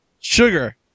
Sugar